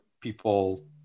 people